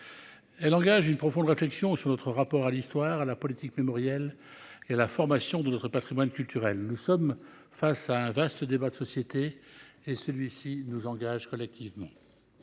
Elle engage une profonde réflexion sur notre rapport à l'histoire à la politique mémorielle et la formation de notre Patrimoine culturel, nous sommes face à un vaste débat de société. Et celui-ci nous engage relativement.